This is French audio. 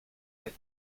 paix